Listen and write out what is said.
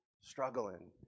struggling